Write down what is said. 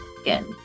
again